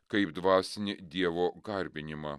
kaip dvasinį dievo garbinimą